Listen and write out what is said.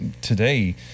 today